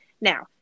now